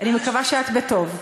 אני מקווה שאת בטוב.